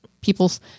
people's